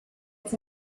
its